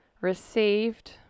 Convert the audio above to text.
received